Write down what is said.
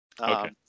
okay